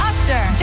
Usher